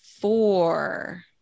four